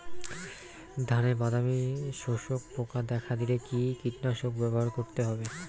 ধানে বাদামি শোষক পোকা দেখা দিলে কি কীটনাশক ব্যবহার করতে হবে?